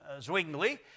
Zwingli